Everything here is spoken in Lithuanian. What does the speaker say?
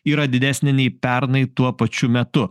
yra didesnė nei pernai tuo pačiu metu